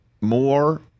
more